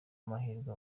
amahirwe